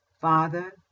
Father